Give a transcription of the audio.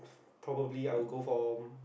probably I will go for